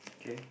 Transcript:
okay